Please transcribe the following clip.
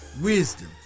wisdom